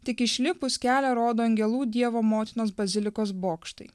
tik išlipus kelią rodo angelų dievo motinos bazilikos bokštai